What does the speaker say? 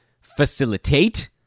facilitate